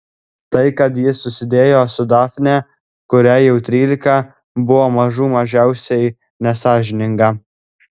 tai kad ji susidėjo su dafne kuriai jau trylika buvo mažų mažiausiai nesąžininga